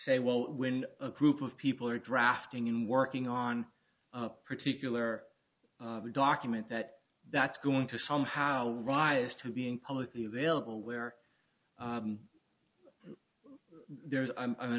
say well when a group of people are drafting and working on a particular document that that's going to somehow rise to being publicly available where there's an